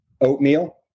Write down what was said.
oatmeal